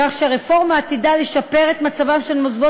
כך שהרפורמה עתידה לשפר את מצבם של מוסדות